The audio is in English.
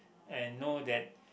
and know that